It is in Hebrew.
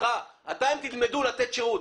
אתם תלמדו לתת שירות.